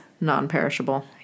non-perishable